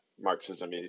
Marxism